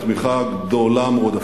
תמיכה גדולה מאוד,